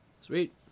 Sweet